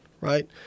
right